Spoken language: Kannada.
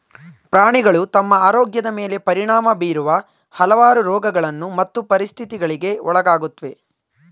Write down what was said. ಪ್ರಾಣಿಗಳು ತಮ್ಮ ಆರೋಗ್ಯದ್ ಮೇಲೆ ಪರಿಣಾಮ ಬೀರುವ ಹಲವಾರು ರೋಗಗಳು ಮತ್ತು ಪರಿಸ್ಥಿತಿಗಳಿಗೆ ಒಳಗಾಗುತ್ವೆ